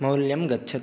मौल्यं गच्छतु